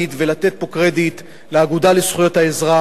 ולתת פה קרדיט לאגודה לזכויות האזרח,